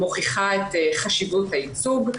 מוכיחה את חשיבות הייצוג.